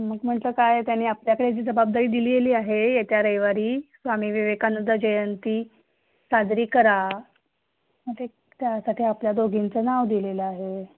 मग म्हटलं काय त्यांनी आपल्याकडे जी जबाबदारी दिलेली आहे येत्या रविवारी स्वामी विवेकनंद जयंती साजरी करा मग ते त्यासाठी आपल्या दोघींचं नाव दिलेलं आहे